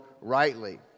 rightly